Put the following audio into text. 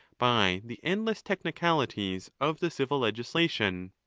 by the endless technicalities of the civil legislation.